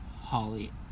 Holly